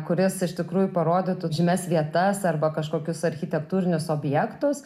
kuris iš tikrųjų parodytų žymias vietas arba kažkokius architektūrinius objektus